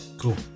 Cool